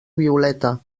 violeta